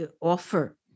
offer